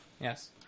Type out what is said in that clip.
Yes